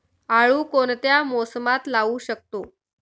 आळू कोणत्या मोसमात लावू शकतो?